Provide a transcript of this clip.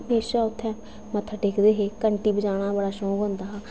म्हेशां उत्थै मत्था टेकदे हे घैंटी बजाना बड़ा शौक होंदा हा